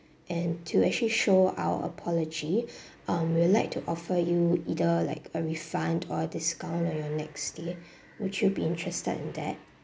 and to actually show our apology um we'll like to offer you either like a refund or discount on your next stay would you be interested in that